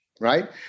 right